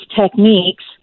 techniques